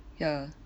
ya